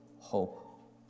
hope